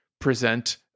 present